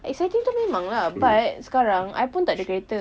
exciting itu memang lah but sekarang I pun tak ada kereta